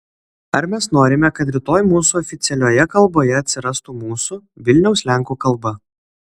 ar mes norime kad rytoj mūsų oficialioje kalboje atsirastų mūsų vilniaus lenkų kalba